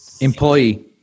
Employee